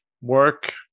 work